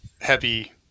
heavy